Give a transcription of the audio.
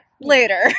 later